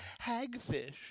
Hagfish